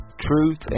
Truth